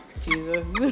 Jesus